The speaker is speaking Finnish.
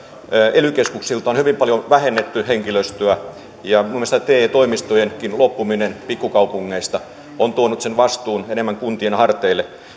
ely keskuksilta on hyvin paljon vähennetty henkilöstöä ja muun muassa te toimistojenkin loppuminen pikkukaupungeista on tuonut sen vastuun enemmän kuntien harteille